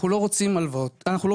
אנחנו לא רוצים מענקים,